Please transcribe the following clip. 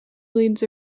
leads